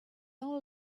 all